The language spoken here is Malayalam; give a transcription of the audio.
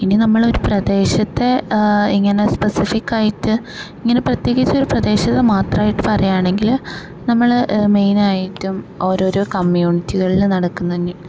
ഇനി നമ്മളൊരു പ്രദേശത്തെ ഇങ്ങനെ സ്പെസിഫിക്കായിട്ട് ഇങ്ങനെ പ്രത്യേകിച്ചൊരു പ്രദേശത്തെ മാത്രമായിട്ട് പറയുകയാണെങ്കിൽ നമ്മള് മെയിനായിട്ടും ഓരോരോ കമ്മ്യൂണിറ്റികളിൽ നടക്കുന്ന നി